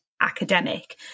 academic